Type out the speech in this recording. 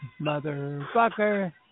motherfucker